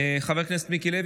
חבר הכנסת גלעד קריב, אינו נוכח.